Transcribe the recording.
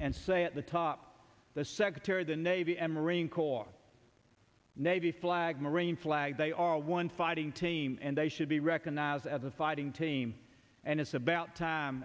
and say at the top the secretary of the navy and marine corps navy flag marine flag they are one fighting team and they should be recognized as a fighting team and it's about time